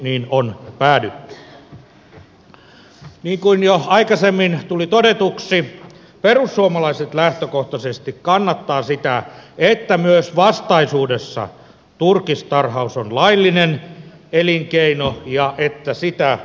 niin kuin jo aikaisemmin tuli todetuksi perussuomalaiset lähtökohtaisesti kannattaa sitä että myös vastaisuudessa turkistarhaus on laillinen elinkeino ja että sitä saa harjoittaa